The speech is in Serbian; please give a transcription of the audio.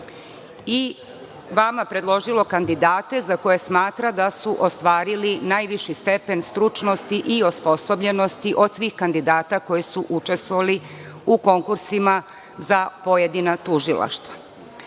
i vama predložilo kandidate za koje smatra da su ostvarili najviši stepen stručnosti i osposobljenosti od svih kandidata koji su učestvovali u konkursima za pojedina tužilaštva. Verujem